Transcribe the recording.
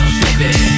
baby